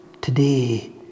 Today